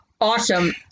awesome